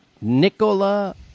Nicola